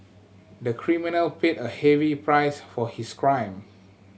the criminal paid a heavy price for his crime